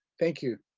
thank you.